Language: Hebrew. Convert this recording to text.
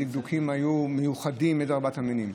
הדקדוקים היו מיוחדים לארבעת המינים.